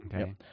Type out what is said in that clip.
Okay